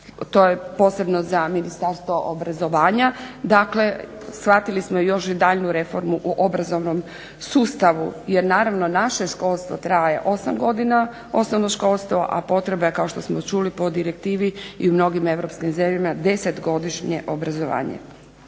to je posebno za Ministarstvo obrazovanja. Dakle, shvatili smo još daljnju reformu u obrazovnom sustavu jer naravno naše školstvo traje 8 godina, osnovno školstvo, a potreba je čuli smo po direktivi i u mnogim Europskim zemljama 10 godišnje obrazovanje.